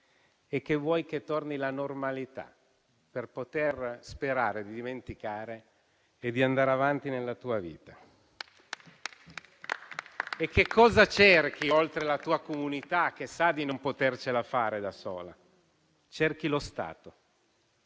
che vuoi è che torni la normalità per poter sperare di dimenticare e di andare avanti nella tua vita. Che cosa cerchi oltre la tua comunità che sa di non potercela fare da sola? Cerchi lo Stato,